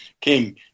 King